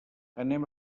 anem